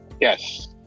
Yes